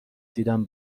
دیدم